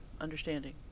understanding